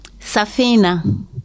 Safina